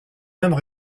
mêmes